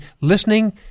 listening